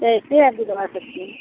कैसे आप दिलवा सकती हैं